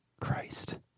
Christ